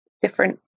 different